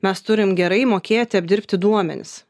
mes turim gerai mokėti apdirbti duomenis